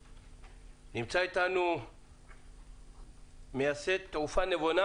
נמצא אתנו בזום מייסד תעופה נבונה.